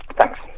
Thanks